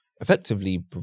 effectively